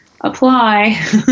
apply